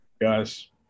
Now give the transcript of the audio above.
guys